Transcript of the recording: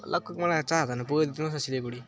लगभग मलाई चार हजारमा पुगाइदिनुहोस् न सिलिगुढी